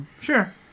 Sure